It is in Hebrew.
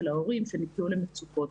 של ההורים שנקלעו למצוקות.